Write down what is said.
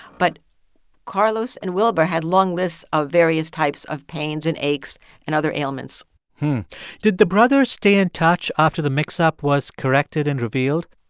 but carlos and wilber had long lists of various types of pains and aches and other ailments did the brothers stay in touch after the mix-up was corrected and revealed?